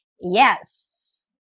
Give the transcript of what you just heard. Yes